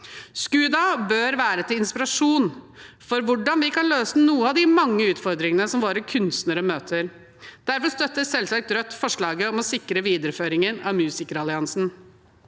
SKUDA bør være til inspirasjon for hvordan vi kan løse noen av de mange utfordringene som våre kunstnere møter. Derfor støtter selvsagt Rødt forslaget om å sikre videreføringen av Musikeralliansen.